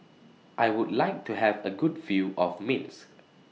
I Would like to Have A Good View of Minsk